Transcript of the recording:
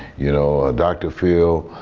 you know, dr. phil,